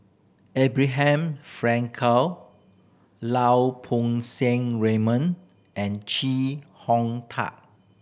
Abraham Frankel Lau Poo Seng Raymond and Chee Hong Tat